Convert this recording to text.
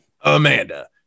Amanda